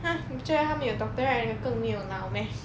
!huh! 你觉得他没有 doctorate 更没有脑 meh